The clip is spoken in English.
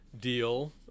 deal